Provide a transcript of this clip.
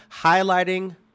highlighting